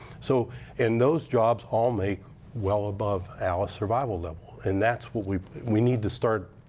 so in those jobs, all make well above alice survival level. and that's what we we need to start,